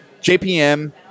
jpm